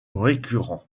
récurrent